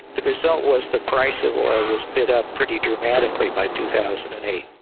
the result was the price of oil was bid up pretty dramatically by two thousand and eight.